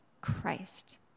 Christ